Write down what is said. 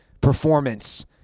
performance